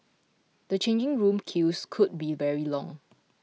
the changing room queues could be very long